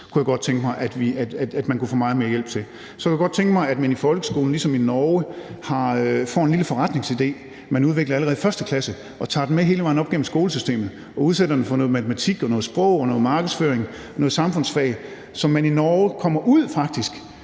kunne jeg godt tænke mig man kunne få meget mere hjælp til. Så kunne jeg godt tænke mig, at det i folkeskolen foregik som i Norge, hvor man får en lille forretningsidé, som man udvikler allerede i 1. klasse, og så tager man den med hele vejen op igennem skolesystemet og udsætter den for noget matematik, noget sprog, noget markedsføring og noget samfundsfag. Som det er i Norge, kommer man faktisk